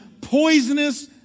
poisonous